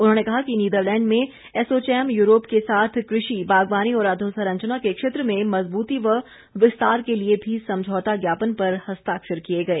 उन्होंने कहा कि नीदरलैंड में एसोचैम यूरोप के साथ कृषि बागवानी और अधोसरंचना के क्षेत्र में मजबूती व विस्तार के लिए भी समझौता ज्ञापन पर हस्ताक्षर किए गए